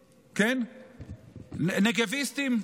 נגביסטים,